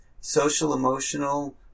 social-emotional